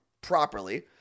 properly